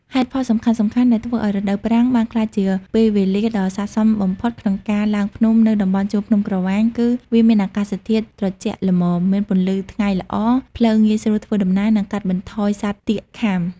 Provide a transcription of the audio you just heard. ហេតុផលសំខាន់ៗដែលធ្វើឲ្យរដូវប្រាំងបានក្លាយជាពេលវែលាដ៏ស័ក្តិសមបំផុតក្នុងការឡើងភ្នំនៅតំបន់ជួរភ្នំក្រវាញគឺ វាមានអាកាសធាតុត្រជាក់ល្មម មានពន្លឺថ្ងៃល្អ ផ្លូវងាយស្រួលធ្វើដំណើរ និងកាត់បន្ថយសត្វទាកខាំ។